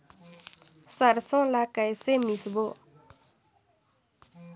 सरसो ला कइसे मिसबो?